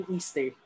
Easter